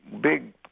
big